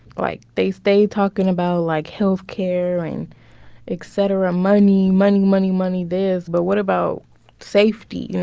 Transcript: like, they stay talking about, like, health care and et cetera money, money, money, money this. but what about safety? you know,